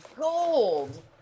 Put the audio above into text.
gold